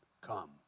come